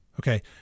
Okay